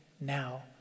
now